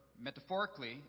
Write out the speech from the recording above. metaphorically